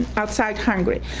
outside hungary.